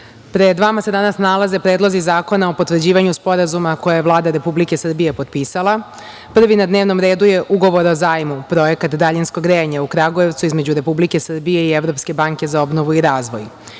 pred vama se danas nalaze predlozi zakona o potvrđivanju sporazuma koje je Vlada Republike Srbije potpisala. Prvi na dnevnom redu je Ugovor o zajmu - Projekat daljinskog grejanja u Kragujevcu, između Republike Srbije i Evropske banke za obnovu i razvoj.